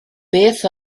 beth